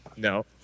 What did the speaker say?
No